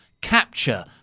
Capture